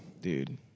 Dude